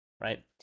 Right